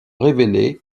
révélé